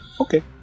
Okay